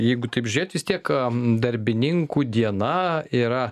jeigu taip žiūrėt vis tiek kam darbininkų diena yra